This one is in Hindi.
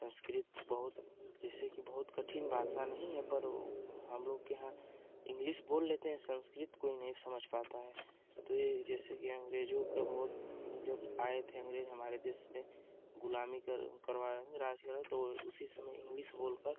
संस्कृत बहुत जैसे कि बहुत कठिन भाषा नहीं है पर वो हम लोग के यहाँ इंग्लिस बोल लेते हैं संस्कृत कोई नहीं समझ पाता है तो यह जैसे कि अंग्रेजों का बहुत जब आए थे अंग्रेज हमारे देश में गुलामी कर करवाया राज करे तो वो उसी समय इंग्लिस बोल कर